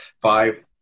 five